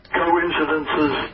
coincidences